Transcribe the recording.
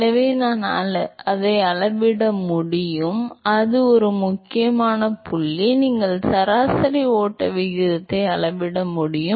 எனவே நான் அளவிட முடியும் அது ஒரு மிக முக்கியமான புள்ளி நீங்கள் சராசரி ஓட்ட விகிதத்தை அளவிட முடியும்